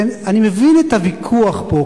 אני מבין את הוויכוח פה,